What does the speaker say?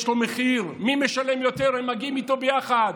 יש לו מחיר, מי משלם יותר, ומגיעים איתו ביחד,